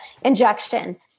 injection